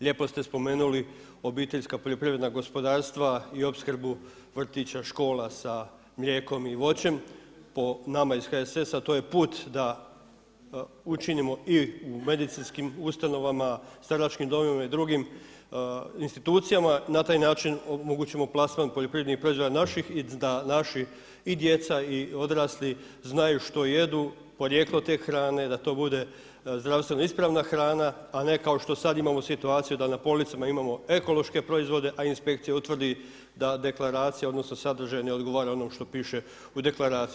Lijepo ste spomenuli OPG-ove i opskrbu vrtića, škola sa mlijekom i voćem, po nama iz HSS-a to je put da učinimo i u medicinskim ustanovama, staračkim domovima i drugim institucijama na taj način omogućimo plasman poljoprivrednih proizvoda naših i da naši i djeca i odrasli znaju što jedu, porijeklo te hrane, da to bude zdravstveno ispravna hrana, a ne kao što sad imamo situaciju da policama imamo ekološke proizvode, a inspekcija utvrdi da deklaracija odnosno sadržaj ne odgovara onom što piše u deklaraciji.